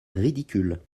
ridicule